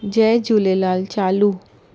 जय झूलेलाल चालू